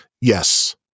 yes